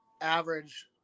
average